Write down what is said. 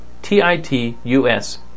T-I-T-U-S